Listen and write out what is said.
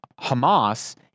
Hamas